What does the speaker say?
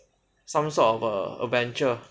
some sort of a adventure